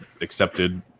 accepted